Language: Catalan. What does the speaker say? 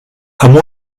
amb